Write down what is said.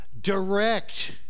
direct